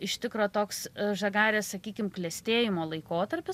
iš tikro toks žagarės sakykim klestėjimo laikotarpis